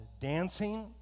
dancing